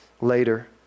later